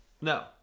no